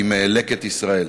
עם "לקט ישראל".